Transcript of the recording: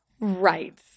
Right